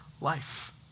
life